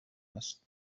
است